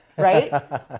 Right